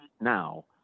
now